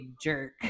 jerk